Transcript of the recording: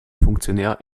funktionär